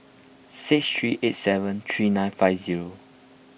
six three eight seven three nine five zero